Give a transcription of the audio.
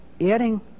adding